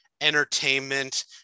entertainment